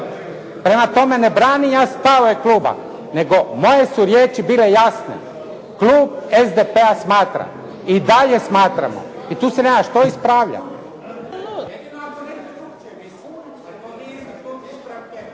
prema tome ne branim ja stavove kluba nego moje su riječi bile jasne, klub SDP-a smatra i dalje smatramo i tu se nema što ispravljati.